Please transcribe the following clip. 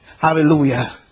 Hallelujah